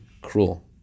cruel